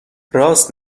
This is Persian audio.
راست